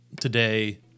today